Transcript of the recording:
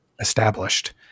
established